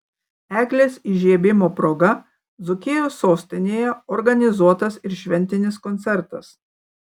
eglės įžiebimo proga dzūkijos sostinėje organizuotas ir šventinis koncertas